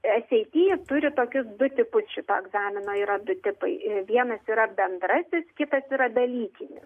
es ei ty turi tokius du tipus šito egzamino yra du tipai vienas yra bendrasis kitas yra dalykinis